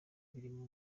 birimo